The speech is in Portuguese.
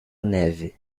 neve